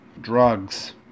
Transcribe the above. drugs